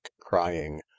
crying